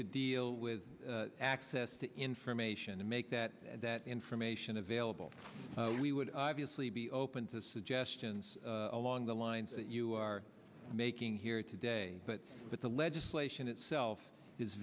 to deal with access to information to make that that information available we would obviously be open to suggestions along the lines that you are making here today but that the legislation itself is